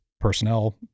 personnel